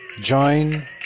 join